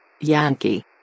Yankee